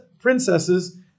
princesses